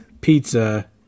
pizza